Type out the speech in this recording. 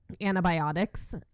Antibiotics